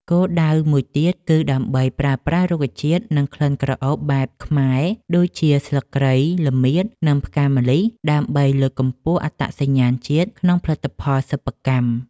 គោលដៅមួយទៀតគឺដើម្បីប្រើប្រាស់រុក្ខជាតិ និងក្លិនក្រអូបបែបខ្មែរដូចជា ស្លឹកគ្រៃ ល្មៀត និងផ្កាម្លិះ ដើម្បីលើកកម្ពស់អត្តសញ្ញាណជាតិក្នុងផលិតផលសិប្បកម្ម។